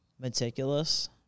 meticulous